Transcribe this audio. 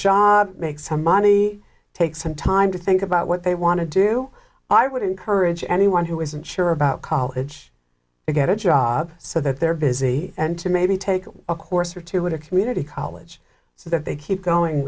job make some money take some time to think about what they want to do i would encourage anyone who isn't sure about college to get a job so that they're busy and to maybe take a course or two at a community college so that they keep going